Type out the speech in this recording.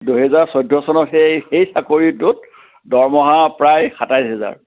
দুহেজাৰ চৈধ্য চনত সেই সেই চাকৰিটোত দৰমহা প্ৰায় সাতাইছ হেজাৰ